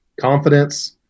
Confidence